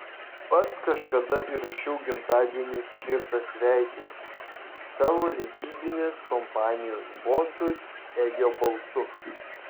pats kažkada įrašiau gimtadieniui skirtą sveikinimą savo leidybinės kompanijos bosui egio balsu